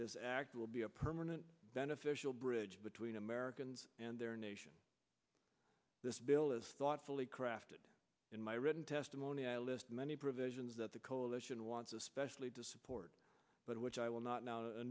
this act will be a permanent beneficial bridge between americans and their nation this bill is thoughtfully crafted in my written testimony i list many provisions that the coalition wants especially to support but which i will not now